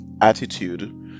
attitude